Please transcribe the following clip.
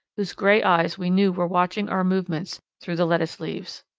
whose gray eyes we knew were watching our movements through the lettuce leaves.